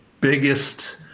biggest